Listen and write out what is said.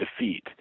defeat